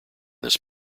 this